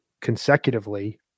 consecutively